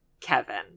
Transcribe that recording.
Kevin